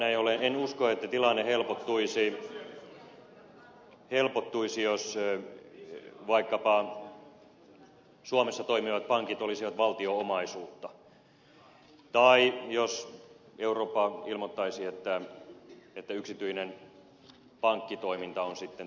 näin ollen en usko että tilanne helpottuisi jos vaikkapa suomessa toimivat pankit olisivat valtion omaisuutta tai jos eurooppa ilmoittaisi että yksityinen pankkitoiminta on sitten tältä erää ohi